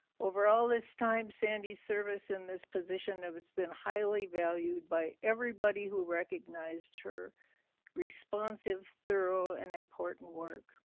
over all this time sandy's service in this position of it's been highly valued by everybody who recognized her responsive, thorough, and important work.